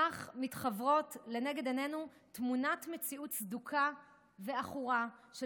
כך מתחוורת לנגד עינינו תמונת סדוקה ועכורה של